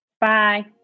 bye